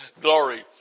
Glory